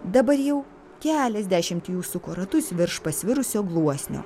dabar jau keliasdešimt jų suko ratus virš pasvirusio gluosnio